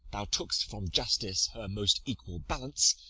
thou took'st from justice her most equal balance,